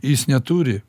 jis neturi